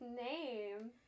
name